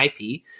IP